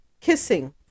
Kissing